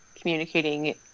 communicating